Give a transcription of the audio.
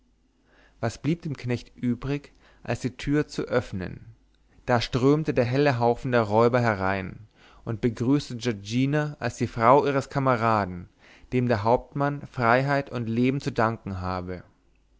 was blieb dem knecht übrig als die tür zu öffnen da strömte der helle haufe der räuber herein und begrüßte giorgina als die frau ihres kameraden dem der hauptmann freiheit und leben zu danken habe